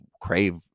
crave